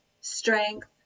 strength